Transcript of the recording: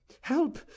Help